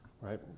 right